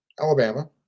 Alabama